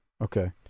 Okay